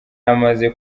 amaze